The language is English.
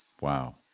Wow